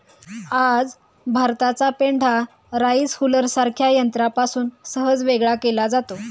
आज भाताचा पेंढा राईस हुलरसारख्या यंत्रापासून सहज वेगळा केला जातो